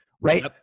Right